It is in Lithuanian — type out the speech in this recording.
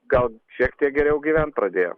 gal šiek tiek geriau gyvent pradėjo